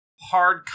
hard